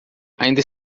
ainda